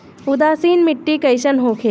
उदासीन मिट्टी कईसन होखेला?